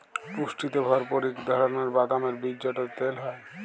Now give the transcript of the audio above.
পুষ্টিতে ভরপুর ইক ধারালের বাদামের বীজ যেটতে তেল হ্যয়